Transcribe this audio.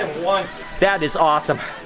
that is awesome,